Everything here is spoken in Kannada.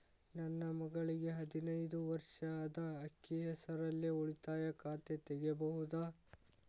ನನ್ನ ಮಗಳಿಗೆ ಹದಿನೈದು ವರ್ಷ ಅದ ಅಕ್ಕಿ ಹೆಸರಲ್ಲೇ ಉಳಿತಾಯ ಖಾತೆ ತೆಗೆಯಬಹುದಾ?